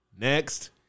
Next